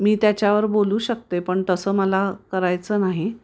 मी त्याच्यावर बोलू शकते पण तसं मला करायचं नाही